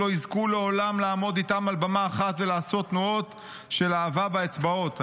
לא יזכו לעולם לעמוד איתם על במה אחת ולעשות תנועות של אהבה באצבעות".